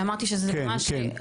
ואמרתי שזה משהו,